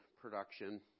production